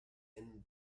and